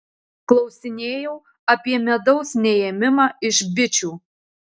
klausinėjau apie medaus neėmimą iš bičių